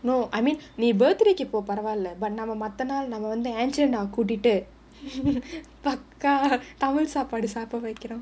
no I mean நீ:nee birthday போ பரவால்ல நம்ம மத்த நாள் நம்ம வந்து:po paravaalla namma matha naal namma vanthu angelina கூட்டிட்டு பக்காவா தமிழ் சாப்பாடு சாப்ட வைக்குறோம்:kootittu pakkaavaa tamil saapaadu saapda vaikkurom